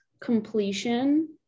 completion